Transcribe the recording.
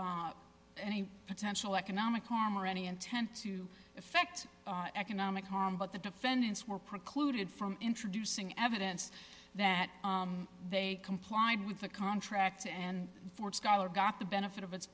any potential economic harm or any intent to affect economic harm but the defendants were precluded from introducing evidence that they complied with the contracts and ford scholar got the benefit of its